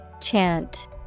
Chant